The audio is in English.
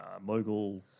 mogul